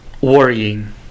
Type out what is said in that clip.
worrying